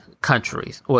countries